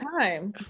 time